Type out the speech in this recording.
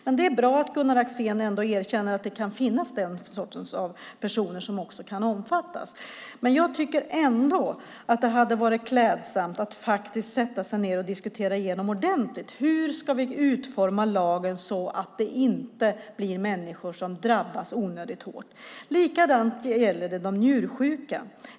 Men det är bra att Gunnar Axén ändå erkänner att det kan finnas den sortens personer som också kan omfattas. Jag tycker ändå att det hade varit klädsamt om man hade satt sig ned och diskuterat igenom ordentligt: Hur ska vi utforma lagen så att människor inte drabbas onödigt hårt? Det är samma sak med de njursjuka.